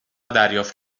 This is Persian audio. دریافت